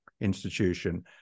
institution